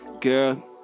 girl